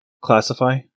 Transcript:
Classify